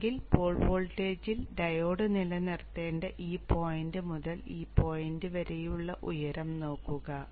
അല്ലെങ്കിൽ പോൾ വോൾട്ടേജിൽ ഡയോഡ് നിലനിർത്തേണ്ട ഈ പോയിന്റ് മുതൽ ഈ പോയിന്റ് വരെയുള്ള ഉയരം നോക്കുക